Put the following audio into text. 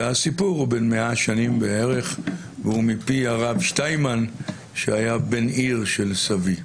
והסיפור הוא בן 100 שנים בערך והוא מפי הרב שטיינמן שהיה בן עיר של סבי,